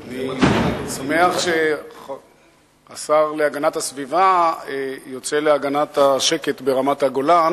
אני שמח שהשר להגנת הסביבה יוצא להגנת השקט ברמת-הגולן